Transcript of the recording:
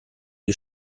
die